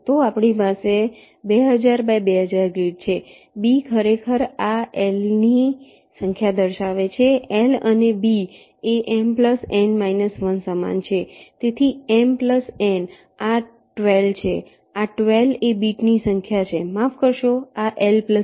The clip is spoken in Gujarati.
તો આપણી પાસે 2000 બાય 2000 ગ્રીડ છે B ખરેખર આ Lની સંખ્યા દર્શાવે છે L અને B એ M N −1 સમાન છે તેથી M N આ 12 આ 12 એ બીટની સંખ્યા છે માફ કરશો આ L 2